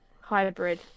Hybrid